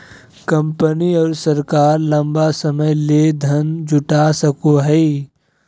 company और सरकार लंबा समय ले धन जुटा सको हइ